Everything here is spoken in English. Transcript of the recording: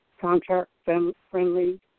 contract-friendly